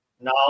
Now